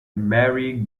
merry